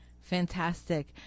Fantastic